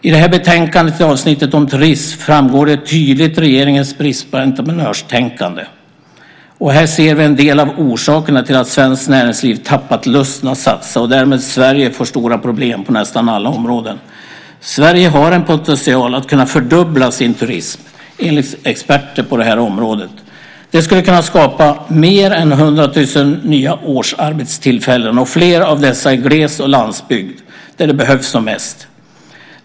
I avsnittet om turism i betänkandet framgår tydligt regeringens brist på entreprenörstänkande. Här ser vi en del av orsakerna till att svenskt näringsliv tappat lusten att satsa och att Sverige därmed har fått stora problem på nästan alla områden. Sverige har en potential att kunna fördubbla turismen enligt experter på området. Det skulle kunna skapa mer än 100 000 nya årsarbetstillfällen - flera av dessa i gles och landsbygd, där de behövs som mest.